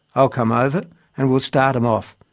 i'll come over and we'll start em off.